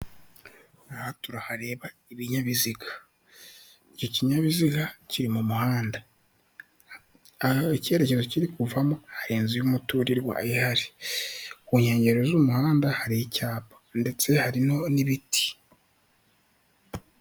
Aha turahareba ibinyabiziga. Iki kinyabiziga kiri mu muhanda, icyerekezo kiri kuvamo hari inzu y'umuturirwa ihari, ku nkengero z'umuhanda hari icyapa ndetse hari n'ibiti.